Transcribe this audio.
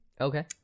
Okay